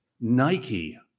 Nike